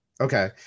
Okay